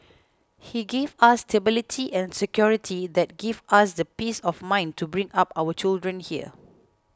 he gave us stability and security that give us the peace of mind to bring up our children here